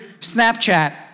Snapchat